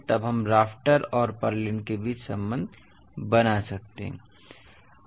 तब हम राफ्टर और पुर्लिन्स के बीच संबंध बना सकते हैं